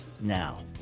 now